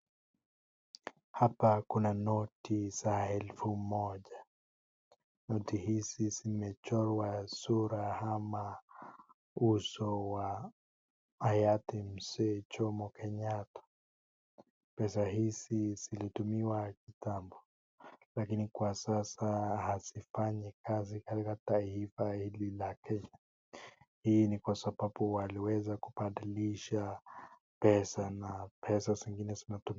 Hapa kuna noti za elfu moja, noti hizi zimechorwa sura ama uso wa hayati Mzee Jomo Kenyatta. Pesa hizi zilitumiwa kitambo lakini kwa sasa hazifanyi kazi katika taifa hili la Kenya, hii ni kwa sababu waliweza kubadilisha pesa na pesa zingine zinatumika.